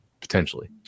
potentially